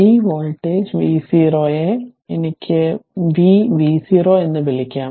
ഈ voltage v0 യെ എനിക്ക് v v0 എന്ന് വിളിക്കാം